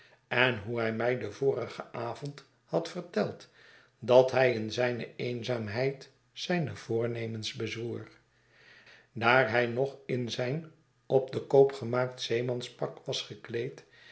en hoe hij mij den vorigen avond had verteld dat hij in zijne eenzaamheid zijne voornemens bezwoer daar hij nog in zijn op den koop gemaakt zeemanspak was gekleed